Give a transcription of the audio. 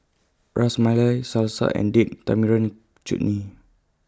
Ras Malai Salsa and Date Tamarind Chutney